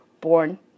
born